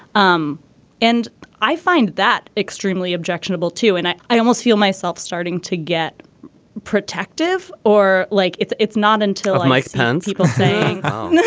um and i find that extremely objectionable too and i i almost feel myself starting to get protective or like it's it's not until like ten people say oh